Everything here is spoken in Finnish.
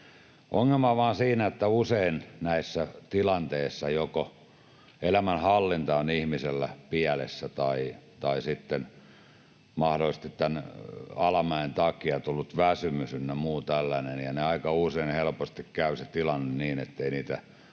Ongelma on vain siinä, että usein näissä tilanteissa joko elämänhallinta on ihmisellä pielessä tai sitten mahdollisesti alamäen takia on tullut väsymys ynnä muu tällainen, ja aika usein helposti käy se tilanne niin, ettei oikeasti olla